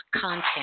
content